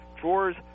drawers